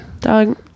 Dog